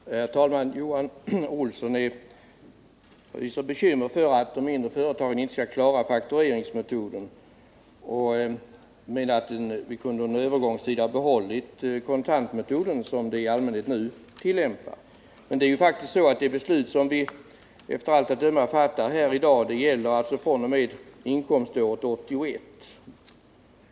Herr talman! Johan Olsson är så bekymrad för att de mindre företagen inte skall klara faktureringsmetoden och menar att vi under en övergångstid kunde ha behållit kontantmetoden, som de nu i allmänhet tillämpar. Men det beslut som vi i dag av allt att döma kommer att fatta gäller fr.o.m. inkomståret 1981.